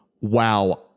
wow